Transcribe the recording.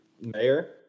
Mayor